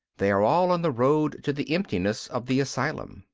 they are all on the road to the emptiness of the asylum.